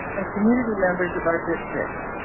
and community members of our district,